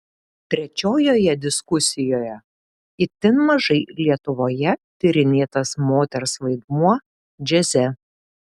trečiojoje diskusijoje itin mažai lietuvoje tyrinėtas moters vaidmuo džiaze